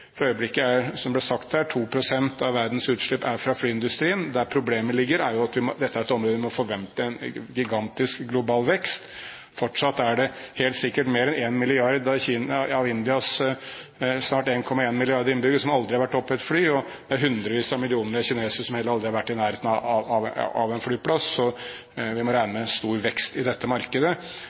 For øyeblikket kommer, som det ble sagt her, 2 pst. av verdens utslipp fra flyindustrien. Problemet er jo at dette er et område der vi må forvente en gigantisk global vekst. Fortsatt er det helt sikkert mer enn en milliard av Indias snart 1,1 milliarder innbyggere som aldri har vært oppe i et fly, og det er hundrevis av millioner kinesere som heller aldri har vært i nærheten av en flyplass. Så vi må regne med en stor vekst i dette markedet.